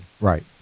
Right